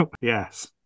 yes